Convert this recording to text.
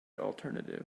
alternative